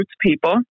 people